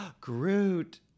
Groot